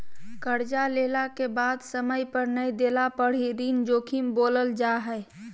कर्जा लेला के बाद समय पर नय देला पर ही ऋण जोखिम बोलल जा हइ